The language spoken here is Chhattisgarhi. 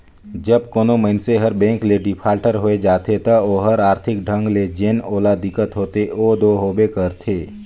जब कोनो मइनसे हर बेंक ले डिफाल्टर होए जाथे ता ओहर आरथिक ढंग ले जेन ओला दिक्कत होथे ओ दो होबे करथे